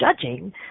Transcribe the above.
judging